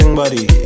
buddy